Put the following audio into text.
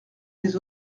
des